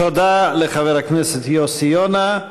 תודה לחבר הכנסת יוסי יונה.